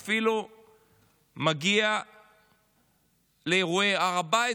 והוא אפילו מגיע לאירועי הר הבית.